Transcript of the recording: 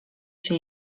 się